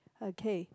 okay